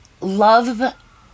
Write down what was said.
love